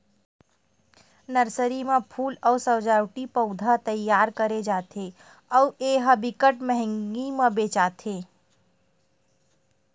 nursery म फूल अउ सजावटी पउधा तइयार करे जाथे अउ ए ह बिकट मंहगी म बेचाथे